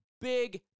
big